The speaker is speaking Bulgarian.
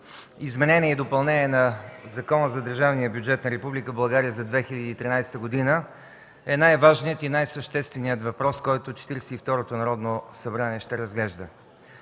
изменение и допълнение на Закона за държавния бюджет на Република България за 2013 г. е най-важният и най-същественият въпрос, който Четиридесет и второто Народно събрание ще разглежда.